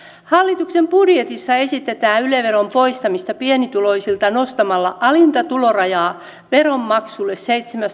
hallituksen budjetissa esitetään yle veron poistamista pienituloisilta nostamalla alinta tulorajaa veronmaksulle seitsemästätuhannestaviidestäsadasta